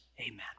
amen